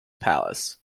palace